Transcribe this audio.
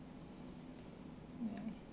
ya